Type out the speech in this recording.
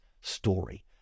story